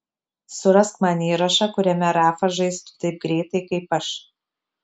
surask man įrašą kuriame rafa žaistų taip greitai kaip aš